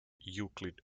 euclid